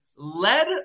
led